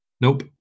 Nope